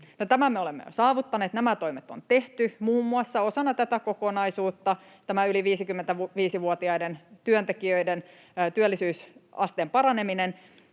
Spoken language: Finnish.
tämän me olemme jo saavuttaneet, nämä toimet on tehty, muun muassa osana tätä kokonaisuutta tämä yli 55-vuotiaiden työntekijöiden työllisyysasteen paranemisen